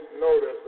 notice